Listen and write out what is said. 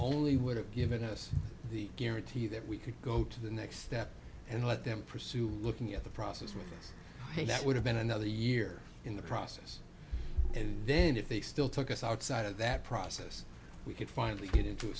only would have given us the guarantee that we could go to the next step and let them pursue looking at the process with him that would have been another year in the process and then if they still took us outside of that process we could finally get into a